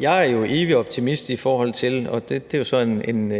Jeg er evig optimist – og det er jo så en